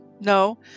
No